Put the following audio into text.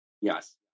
Yes